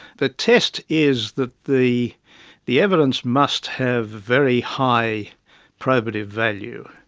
the test is that the the evidence must have very high probative value.